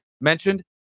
mentioned